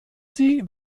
sie